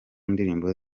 ndirimbo